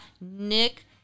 Nick